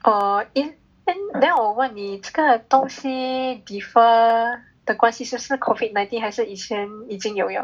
oh eh then then 我问你这个东西 defer 的关系是不是 COVID nineteen 还是以前已经有了